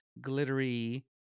glittery